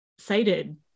cited